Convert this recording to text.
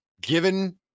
given